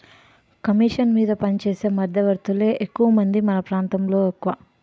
commission మీద పనిచేసే మధ్యవర్తులే ఎక్కువమంది మన ప్రాంతంలో ఎక్కువ